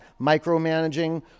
micromanaging